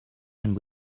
and